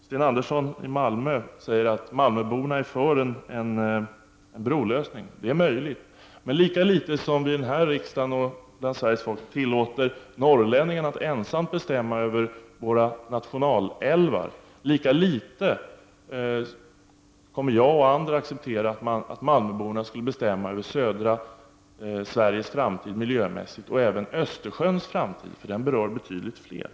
Sten Andersson i Malmö säger att malmöborna är för en brolösning. Det är möjligt. Men lika litet som vi i en riksdag och bland Sveriges folk tillåter norrlänningarna att ensamma bestämma över våra nationalälvar, lika litet kommer jag och andra acceptera att malmöborna skulle bestämma över södra Sveriges framtida miljö och även Östersjöns framtid — den berör betydligt fler.